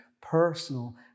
personal